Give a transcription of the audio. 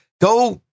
go